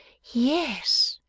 yes,